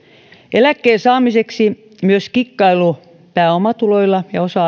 eläkkeen saamiseksi myös kikkailu pääomatuloilla ja osa